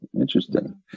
interesting